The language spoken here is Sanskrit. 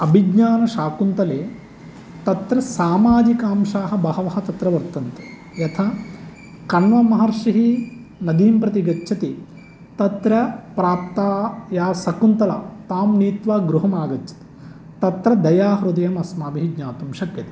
अभिज्ञानशाकुन्तले तत्र सामाजिकांशाः बहवः तत्र वर्तन्ते यथा कण्वमहर्षिः नदीं प्रति गच्छति तत्र प्राप्ता या शकुन्तला तां नीत्वा गृहम् आगच्छति तत्र दयाहृदयम् अस्माभिः ज्ञातुं शक्यते